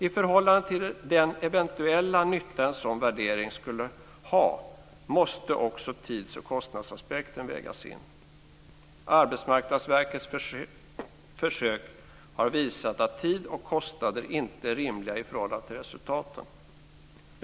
I förhållande till den eventuella nytta en sådan värdering skulle ha måste också tids och kostnadsaspekten vägas in. Arbetsmarknadsverkets försök har visat att tid och kostnader inte är rimliga i förhållande till resultaten.